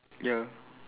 ya